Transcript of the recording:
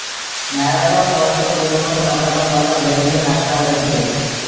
నేలలో పోషక విలువలు తగ్గడం వల్ల జరిగే నష్టాలేంటి?